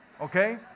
Okay